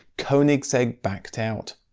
koenigsegg backed out.